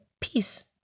peace